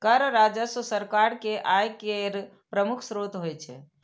कर राजस्व सरकार के आय केर प्रमुख स्रोत होइ छै